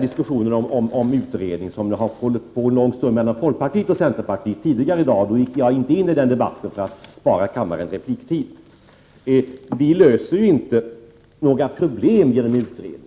Diskussionen om den biståndspolitiska utredningen har hållit på en lång stund mellan folkpartiet och centerpartiet tidigare i dag. Då gick jag inte in i den debatten för att bespara kammaren repliktid. Vi löser inte några problem genom utredning.